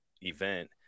event